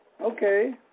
Okay